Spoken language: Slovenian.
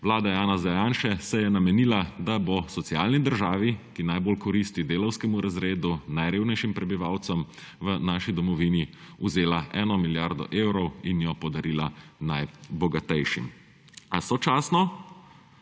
vlada Janeza Janše se je namenila, da bo socialni državi, ki najbolj koristi delavskemu razredu, najrevnejšim prebivalcem v naši domovini, vzela eno milijardo evrov in jo podarila najbogatejšim. A sočasno